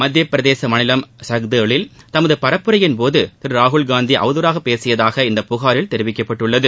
மத்தியப்பிரதேச மாநிலம் சஹ்தோலில் தமது பரப்புரையின்போது திரு ராகுல்காந்தி அவதூறாக பேசியதாக இந்த புகாரில் தெரிவிக்கப்பட்டுள்ளது